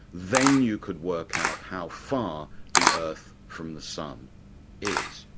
then you could work out how far the earth from the sun is,